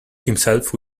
himself